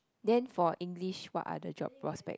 then for English what are the job prospects